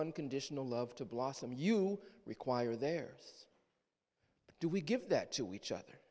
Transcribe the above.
unconditional love to blossom you require their do we give that to each other